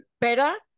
better